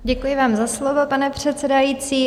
Děkuji vám za slovo, pane předsedající.